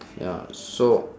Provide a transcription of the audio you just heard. ya so